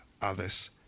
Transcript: others